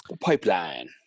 Pipeline